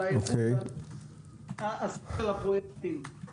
על האיכות של הפרויקטים.